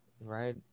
right